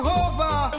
over